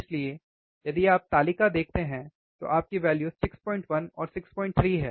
इसलिए यदि आप तालिका देखते हैं तो आपकी वैल्यु 61 और 63 हैं